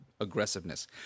aggressiveness